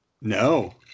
No